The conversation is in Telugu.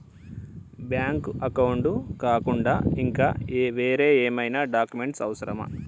బ్యాంక్ అకౌంట్ కాకుండా ఇంకా వేరే ఏమైనా డాక్యుమెంట్స్ అవసరమా?